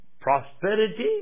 prosperity